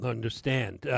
understand